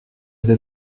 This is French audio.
vais